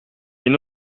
les